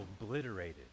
obliterated